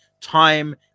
time